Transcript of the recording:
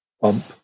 Bump